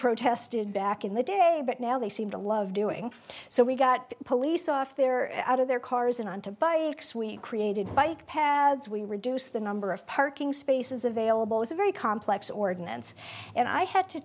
protested back in the day but now they seem to love doing so we got police off there out of their cars and on to buy created bike paths we reduce the number of parking spaces available is a very complex ordinance and i had to